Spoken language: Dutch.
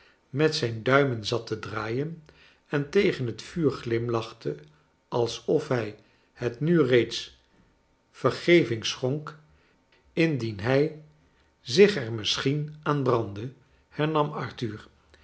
met zijn duimen zat te draaien en tegen het vuur glimlachte alsof hij het nu reeds vergeving schonk indien hij zich er misschien aan brandde hernarn arthur